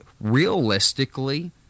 realistically